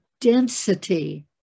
density